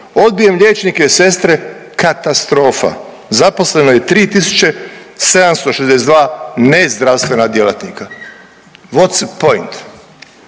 odbijem liječnike i sestre, katastrofa, zaposleno je 3.762 nezdravstvena djelatnika, what's point,